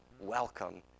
welcome